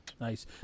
Nice